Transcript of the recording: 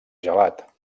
gelat